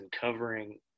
covering